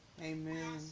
Amen